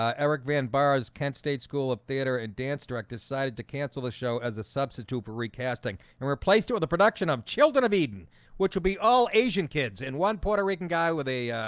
ah eric van bars kent state school of theatre and dance direct decided to cancel the show as a substitute for recasting and replaced with a production of children of eden which will be all asian kids in one puerto rican guy with a